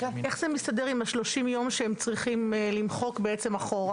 איך זה מסתדר עם ה-30 יום שהם צריכים למחוק אחורה?